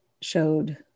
showed